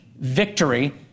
victory